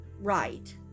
right